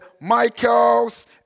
Michaels